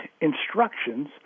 instructions